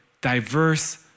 diverse